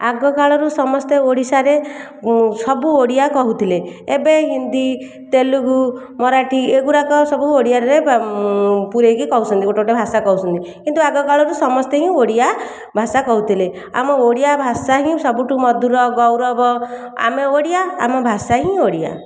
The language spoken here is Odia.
ଆଗକାଳରୁ ସମସ୍ତେ ଓଡ଼ିଶାରେ ଓ ସବୁ ଓଡ଼ିଆ କହୁଥିଲେ ଏବେ ହିନ୍ଦୀ ତେଲୁଗୁ ମରାଠୀ ଏଗୁଡ଼ାକ ସବୁ ଓଡ଼ିଆରେ ପୁରେଇକି କହୁଛନ୍ତି ଗୋଟିଏ ଗୋଟିଏ ଭାଷା କହୁଛନ୍ତି କିନ୍ତୁ ଆଗକାଳରେ ସମସ୍ତେ ହିଁ ଓଡ଼ିଆ ଭାଷା କହୁଥିଲେ ଆମ ଓଡ଼ିଆଭାଷା ହିଁ ସବୁଠୁ ମଧୁର ଆଉ ଗୌରବ ଆମେ ଓଡ଼ିଆ ଆମ ଭାଷା ହିଁ ଓଡ଼ିଆ